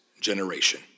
generation